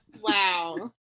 Wow